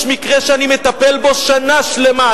יש מקרה שאני מטפל בו שנה שלמה,